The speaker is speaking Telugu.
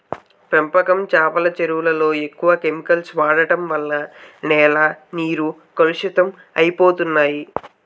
పెంపకం చేపల చెరువులలో ఎక్కువ కెమికల్ వాడడం వలన నేల నీరు కలుషితం అయిపోతన్నాయి